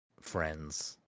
friends